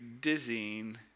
dizzying